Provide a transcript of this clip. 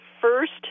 first